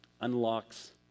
unlocks